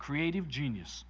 creative genius